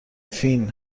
فین